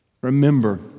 Remember